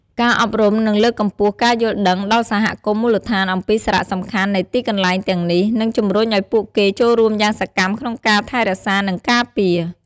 ការអប់រំ និងលើកកម្ពស់ការយល់ដឹងដល់សហគមន៍មូលដ្ឋានអំពីសារៈសំខាន់នៃទីកន្លែងទាំងនេះ នឹងជំរុញឱ្យពួកគេចូលរួមយ៉ាងសកម្មក្នុងការថែរក្សា និងការពារ។